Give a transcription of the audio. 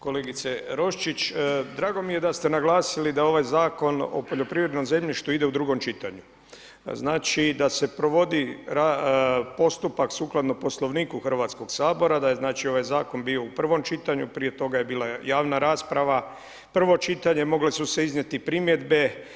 Kolegice Roščić, drago mi je da ste naglasili da ovaj Zakon o poljoprivrednom zemljištu ide u drugom čitanju, znači da se provodi postupak sukladno Poslovniku Hrvatskog sabora, da je ovaj zakon bio u prvom čitanju, prije toga je bila javna rasprava, prvo čitanje, mogle su se iznijeti primjedbe.